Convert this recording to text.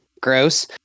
Gross